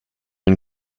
une